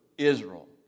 Israel